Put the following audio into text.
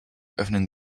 öffnen